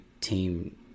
team